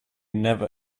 never